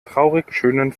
traurigschönen